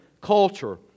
culture